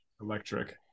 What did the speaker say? electric